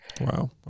Wow